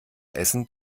essen